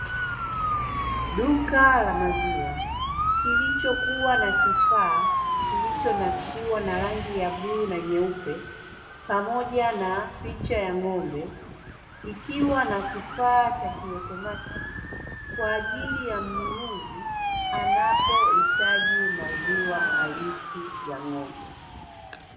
Duka la maziwa kilichokuwa na kifaa kilichonakshiwa na rangi ya blue na nyeupe pamoja na picha ya ng'ombe, ikiwa na kifaa cha kiotomatiki kwa ajili ya mnunuzi anapohitaji maziwa halisi ya ng'ombe.